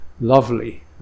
lovely